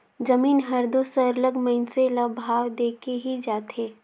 जमीन हर दो सरलग मइनसे ल भाव देके ही जाथे